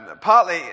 Partly